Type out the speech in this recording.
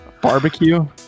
Barbecue